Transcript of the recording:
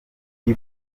iyi